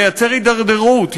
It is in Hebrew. ייצר הידרדרות,